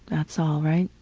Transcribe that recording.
that's all, right?